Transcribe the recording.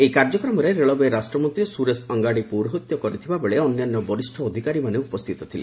ଏହି କାର୍ଯ୍ୟକ୍ରମରେ ରେଳବାଇ ରାଷ୍ଟ୍ରମନ୍ତ୍ରୀ ସୁରେଶ ଅଙ୍ଗାଡ଼ି ପୌରୋହିତ୍ୟ କରିଥିବା ବେଳେ ଅନ୍ୟାନ୍ୟ ବରିଷ୍ଣ ଅଧିକାରୀମାନେ ଉପସ୍ଥିତ ଥିଲେ